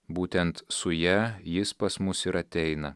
būtent su ja jis pas mus ir ateina